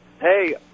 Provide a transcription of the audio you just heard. Hey